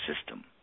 system